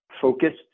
focused